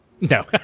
No